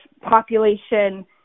population